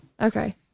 okay